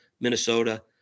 Minnesota